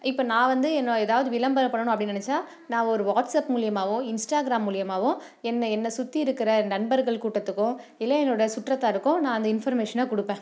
இப்போ நான் வந்து நான் ஏதாவது விளம்பரம் பண்ணணும் அப்படின்னு நினச்சா நான் ஒரு வாட்ஸப் மூலிமாவோ இன்ஸ்ட்டாகிராம் மூலிமாவோ என்னை என்னை சுற்றி இருக்கிற நண்பர்கள் கூட்டத்துக்கும் இல்லை என்னோடய சுற்றத்தாருக்கும் நான் அந்த இன்ஃபர்மேஷனை கொடுப்பேன்